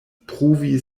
pruvi